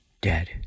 dead